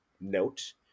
note